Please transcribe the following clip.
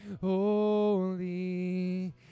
holy